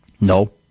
No